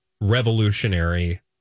revolutionary